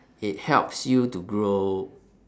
it helps you to grow